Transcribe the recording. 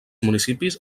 municipis